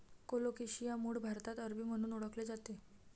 colocasia मूळ भारतात अरबी म्हणून ओळखले जाते